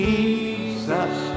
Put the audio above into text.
Jesus